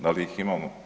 Da li ih imamo?